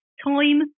time